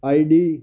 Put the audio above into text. ID